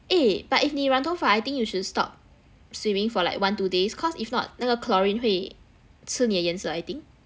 eh but if 你染头发 I think you should stop swimming for like one two days cause if not 那个 chlorine 会吃你的颜色 I think